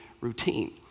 routine